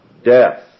death